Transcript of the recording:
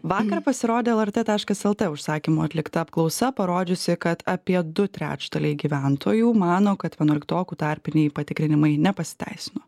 vakar pasirodė lrt taškas lt užsakymu atlikta apklausa parodžiusi kad apie du trečdaliai gyventojų mano kad vienuoliktokų tarpiniai patikrinimai nepasiteisino